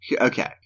okay